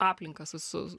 aplinka su su